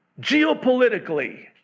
geopolitically